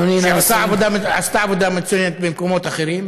שעשתה עבודה מצוינת במקומות אחרים,